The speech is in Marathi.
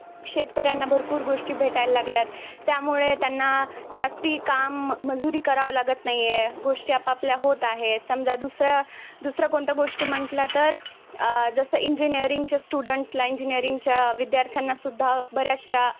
शेतकऱ्यांना भरपूर गोष्टी भेटायला लागल्या आहेत त्यामुळे त्यांना जास्ती काम मजुरी करावं लागत नाही आहे गोष्टी आपापल्या होत आहेत समजा दुसऱ्या दुसऱ्या कोणत्या गोष्टी म्हटलं तर जसं इंजिनिअरिंगच्या स्टुडंट्सला इंजिनिअरिंगच्या विद्यार्थ्यांनासुद्धा बऱ्याचशा